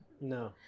No